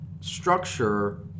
structure